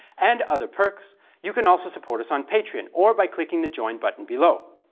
and other perks you can also support us on patreon or by clicking the join button below.